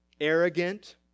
arrogant